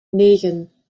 negen